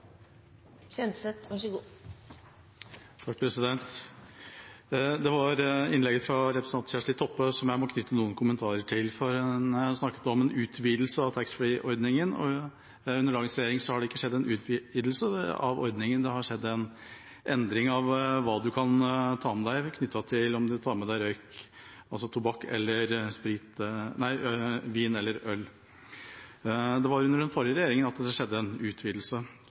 Det var innlegget fra representanten Kjersti Toppe som jeg må knytte noen kommentarer til. Hun snakket om en utvidelse av taxfree-ordningen. Under dagens regjering har det ikke skjedd noen utvidelse av ordningen. Det har skjedd en endring av hva man kan ta med seg av enten tobakk eller vin eller øl. Det var under den forrige regjeringen at det skjedde en utvidelse.